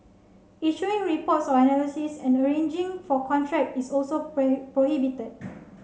issuing reports or analysis and arranging for contract is also prohibited